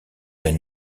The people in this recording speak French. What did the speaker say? elles